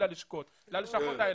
ללשכות שלכם.